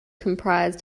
comprise